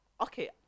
okay